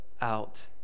out